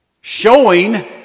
showing